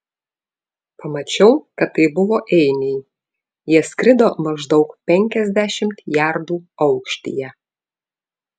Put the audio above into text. pamačiau kad tai buvo einiai jie skrido maždaug penkiasdešimt jardų aukštyje